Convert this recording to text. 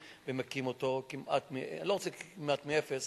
ומקים אותו אני לא רוצה לומר כמעט מאפס,